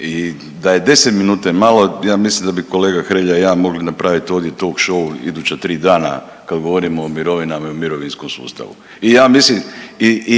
i da je 10 minuta je malo, ja mislim da bi kolega Hrelja i ja mogli napraviti ovdje talk show iduća tri dana kad govorimo o mirovinama i mirovinskom sustavu i